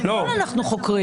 אנחנו חוקרים